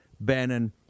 Bannon